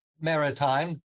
Maritime